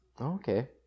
Okay